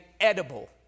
edible